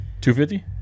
250